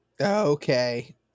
Okay